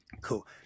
Cool